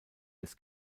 des